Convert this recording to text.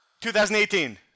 2018